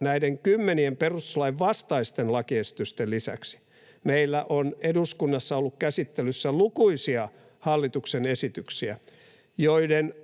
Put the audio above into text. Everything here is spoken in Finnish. näiden kymmenien perustuslain vastaisten lakiesitysten lisäksi meillä on eduskunnassa ollut käsittelyssä lukuisia hallituksen esityksiä, joiden